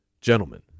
Gentlemen